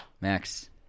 Max